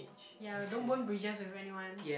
ya don't burn bridges with anyone